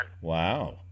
Wow